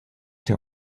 der